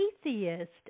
atheist